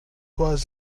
was